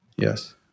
Yes